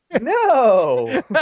no